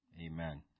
amen